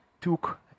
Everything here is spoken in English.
took